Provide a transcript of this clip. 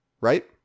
Right